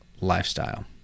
lifestyle